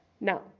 Now